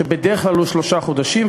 שבדרך כלל הוא לשלושה חודשים,